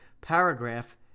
paragraph